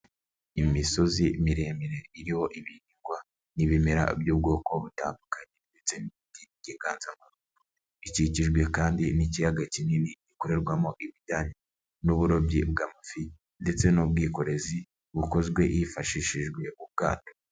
Imisozi miremire iriho ibihingwa n'ibimera by'ubwoko butandukanye ndetse n'ibiti by'ikiganzamarumbo, ikikijwe kandi n'ikiyaga kinini gikorerwamo ibijyanye n'uburobyi bw'amafi ndetse n'ubwikorezi bukozwe hifashishijwe ubwato.